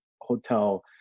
hotel